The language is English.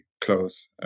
close